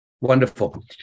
Wonderful